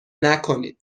نکنید